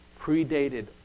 predated